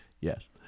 yes